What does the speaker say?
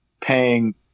paying